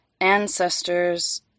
ancestors